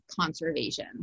conservation